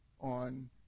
on